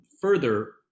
further